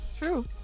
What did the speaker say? true